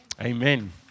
Amen